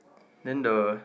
then the